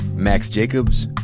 max jacobs,